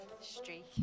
Streak